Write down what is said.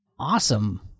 Awesome